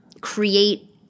create